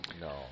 No